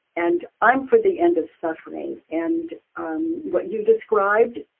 and i'm for the end of suffering, and um what you described